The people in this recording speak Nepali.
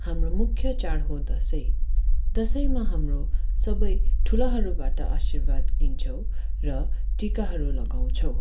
हाम्रो मुख्य चाँड हो दसैँ दसैँमा हाम्रो सबै ठुलाहरूबाट आशीर्वाद लिन्छौँ र टीकाहरू लगाउँछौँ